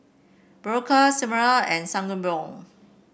Berocca Cetrimide and Sangobion